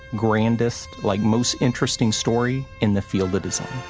grandest like, most interesting story in the field of design.